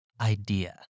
idea